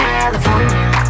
California